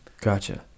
Gotcha